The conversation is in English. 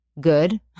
good